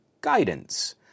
guidance